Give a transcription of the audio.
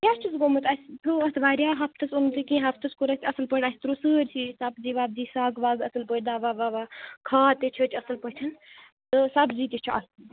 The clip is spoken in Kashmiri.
کیٛاہ چھُس گومُت اتھ تٛورو اتھ واریاہ ہفتس اوٚنُس نہٕ کہینہ ہفتس کوٚر اَسہِ اصل پٲٹھۍ اَسہِ ترٲو سٲرسٕے سَبزی وَبزی سَگ وگ اصل پٲٹھۍ دوا ووا کھاد تہِ چھیچ اصل پٲٹھۍ تہٕ سَبزی تہِ چھِ اصل